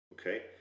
okay